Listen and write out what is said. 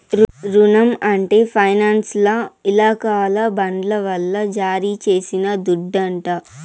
రునం అంటే ఫైనాన్సోల్ల ఇలాకాల బాండ్ల వల్ల జారీ చేసిన దుడ్డంట